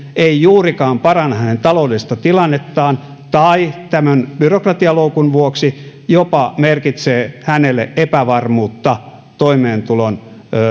ei juurikaan paranna hänen taloudellista tilannettaan tai tämän byrokratialoukun vuoksi merkitsee hänelle jopa epävarmuutta toimeentulon